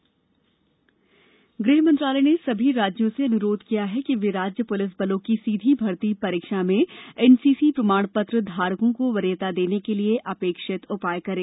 गृह मंत्रालय एनसीसी गृह मंत्रालय ने सभी राज्यों से अन्रोध किया है कि वे राज्य पुलिस बलों की सीधी भर्ती परीक्षा में एनसीसी प्रमाण पत्र धारकों को वरीयता देने के लिए अपेक्षित उपाय करें